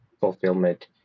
fulfillment